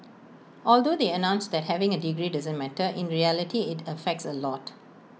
although they announced that having A degree doesn't matter in reality IT affects A lot